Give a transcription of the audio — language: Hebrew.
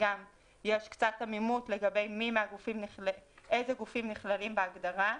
שיש קצת עמימות איזה גופים נכללים בהגדרה.